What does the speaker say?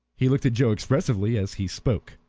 he looked at joe expressively as he spoke.